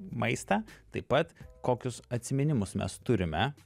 maistą taip pat kokius atsiminimus mes turime